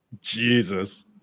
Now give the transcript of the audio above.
jesus